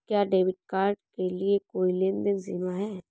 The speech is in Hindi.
क्या डेबिट कार्ड के लिए कोई लेनदेन सीमा है?